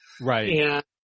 Right